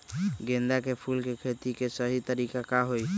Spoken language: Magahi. गेंदा के फूल के खेती के सही तरीका का हाई?